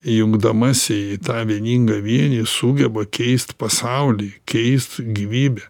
jungdamasi į tą vieningą vienį sugeba keist pasaulį keist gyvybę